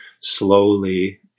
slowly